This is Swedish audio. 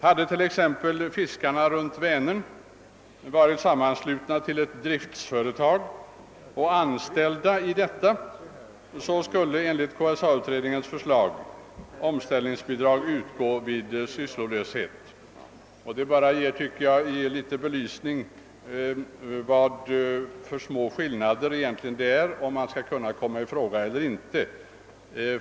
Hade t.ex. fiskarna runt Vänern varit sammanslutna till ett driftföretag och anställda i detta, så skulle enligt KSA-utredningens förslag omställningsbidrag utgå till dem. Detta belyser hur litet det är som avgör, om vederbörande skall komma i fråga för bidrag eller inte.